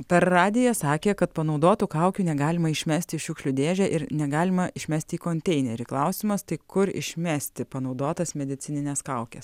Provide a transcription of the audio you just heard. per radiją sakė kad panaudotų kaukių negalima išmest į šiukšlių dėžę ir negalima išmest į konteinerį klausimas tai kur išmesti panaudotas medicinines kaukes